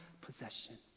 possession